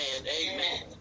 Amen